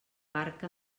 barca